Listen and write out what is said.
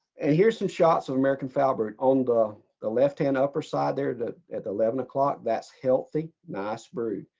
and here's some shots of american foulbrood on the the left hand upper side there that at eleven o'clock that's healthy nice brood.